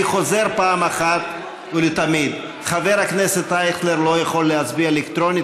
אני חוזר אחת ולתמיד: חבר הכנסת אייכלר לא יכול להצביע אלקטרונית,